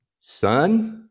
son